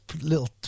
little